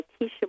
Tisha